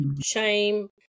shame